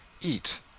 Eat